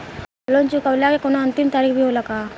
Loan चुकवले के कौनो अंतिम तारीख भी होला का?